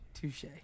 Touche